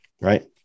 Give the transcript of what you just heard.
right